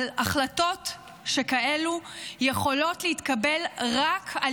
אבל החלטות שכאלו יכולות להתקבל רק על